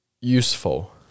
useful